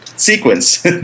Sequence